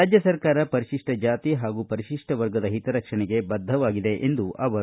ರಾಜ್ಯ ಸರ್ಕಾರ ಪರಿಶಿಷ್ಟ ಜಾತಿ ಹಾಗೂ ಪರಿಶಿಷ್ಟ ವರ್ಗದ ಹಿತರಕ್ಷಣೆಗೆ ಬದ್ದವಾಗಿದೆ ಎಂದರು